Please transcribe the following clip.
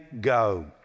go